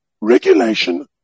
regulation